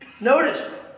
Notice